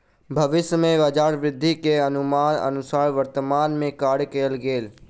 भविष्य में बजार वृद्धि के अनुमानक अनुसार वर्तमान में कार्य कएल गेल